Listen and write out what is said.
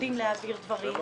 יודעים להעביר דברים.